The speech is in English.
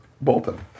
Bolton